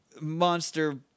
Monster